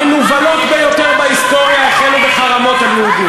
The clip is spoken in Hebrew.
המנוולות ביותר בהיסטוריה החלו בחרמות על יהודים.